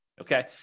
Okay